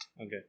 Okay